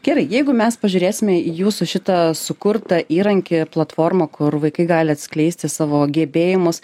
gerai jeigu mes pažiūrėsime į jūsų šitą sukurtą įrankį platformą kur vaikai gali atskleisti savo gebėjimus